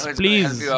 please